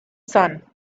sun